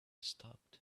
stopped